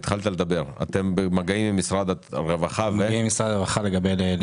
התחלת לדבר, אתם במגעים עם משרד הרווחה לגבי מה?